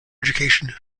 education